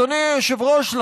אדוני היושב-ראש,